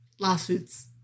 lawsuits